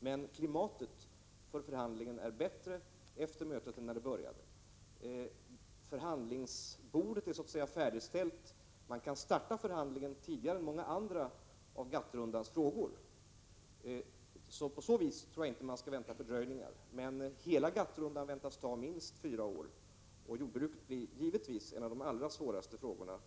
men klimatet för förhandlingar är bättre efter mötet än före. Förhandlingsbordet är så att säga färdigställt. Man kan starta förhandlingen tidigare än i många andra av GATT-rundans frågor. På så vis behöver man nog inte vänta fördröjningar, men hela GATT-rundan väntas ta minst fyra år, och jordbruksfrågan är en av de allra svåraste frågorna.